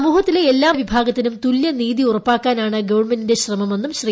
സമൂഹത്തിലെ എല്ലാ വിഭാഗത്തിനും തുല്യ നീതി ഉറപ്പാക്കാനാണ് ഗവൺമന്റിന്റെ ശ്രമമെന്നും ശ്രീ